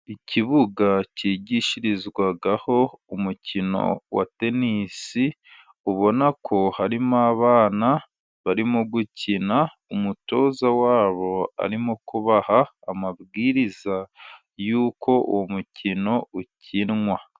Ikibuga cyigishirizwaho umukino wa tenisi, ubona ko harimo abana barimo gukina, umutoza wabo arimo kubaha amabwiriza y'uko uwo mukino ukinwa.